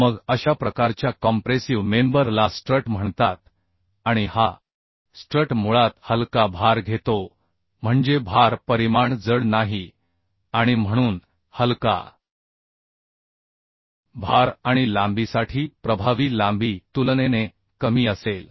मग अशा प्रकारच्या कॉम्प्रेसिव मेंबर ला स्ट्रट म्हणतात आणि हा स्ट्रट मुळात हलका भार घेतो म्हणजे भार परिमाण जड नाही आणि म्हणून हलका भार आणि लांबीसाठी प्रभावी लांबी तुलनेने कमी असेल